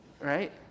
Right